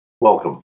welcome